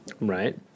Right